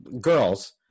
girls